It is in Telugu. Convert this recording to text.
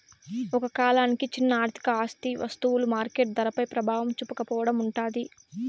ఒక కాలానికి చిన్న ఆర్థిక ఆస్తి వస్తువులు మార్కెట్ ధరపై ప్రభావం చూపకపోవడం ఉంటాది